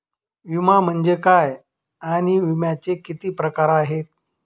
विमा म्हणजे काय आणि विम्याचे किती प्रकार आहेत?